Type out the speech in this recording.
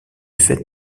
fait